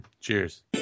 Cheers